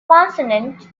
consonant